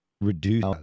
reduce